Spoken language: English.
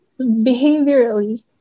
behaviorally